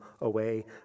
away